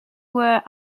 were